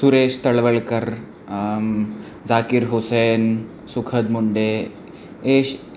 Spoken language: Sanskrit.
सुरेश् तळवळ्कर् जकिर् हसेन् सुखद् मुण्डे एषः